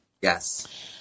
Yes